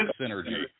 synergy